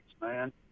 man